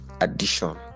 addition